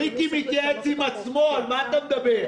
אבל לא, מיקי מתייעץ עם עצמו, על מה אתה מדבר?